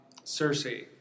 Cersei